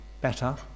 better